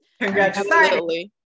Congratulations